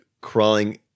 crawling